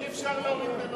אי-אפשר להוריד במאות אחוזים.